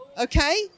Okay